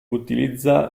utilizza